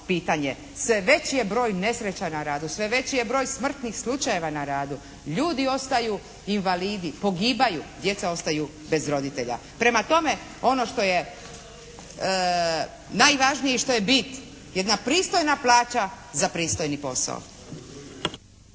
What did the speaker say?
je veći broj nesreća na radu, sve veći je broj smrtnih slučajeva na radu. Ljudi ostaju invalidi, pogibaju, djeca ostaju bez roditelja. Prema tome, ono što je najvažnije i što je bit jedna pristojna plaća za pristojni posao.